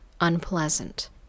unpleasant